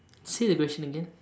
say the question again